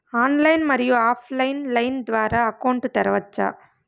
Online, మరియు offline line ద్వారా account తెరవచ్చా?